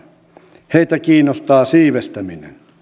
heitä kiinnostaa siivestäminen